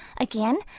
Again